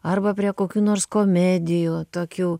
arba prie kokių nors komedijų tokių